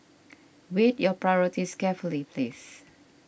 weigh your priorities carefully please